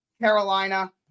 Carolina